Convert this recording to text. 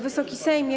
Wysoki Sejmie!